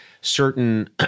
certain